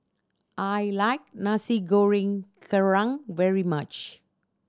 I like Nasi Goreng Kerang very much